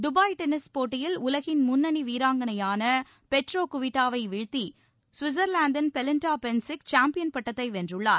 Dubai tennis போட்டியில் உலகின் முன்னணி வீராங்கனையான பெட்ரா குவிட்டோவா வை வீழ்த்தி சுவிட்சர்லாந்தின் பெலின்டா பென்சிக் சாம்பியன் பட்டத்தை வென்றுள்ளார்